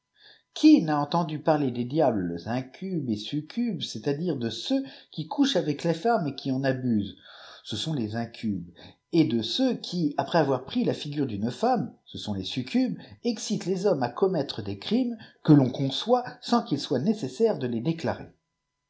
qui n'a entendu parler des diables incubes et succubes c est àditfe de ceux qui couchent avec les femmes et qui en abusent ce sont les incubes et de ceux qui après avoir pris la figure d'une femme ce sont les succubes excitent les hommes à commettre des crimes que l'on conçoit sans qu'il soit nécessaire deles déclarer